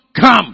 come